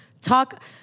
talk